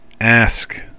ask